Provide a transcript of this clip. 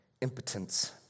impotence